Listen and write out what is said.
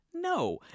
No